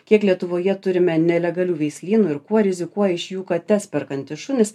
kiek lietuvoje turime nelegalių veislynų ir kuo rizikuoja iš jų kates perkantys šunys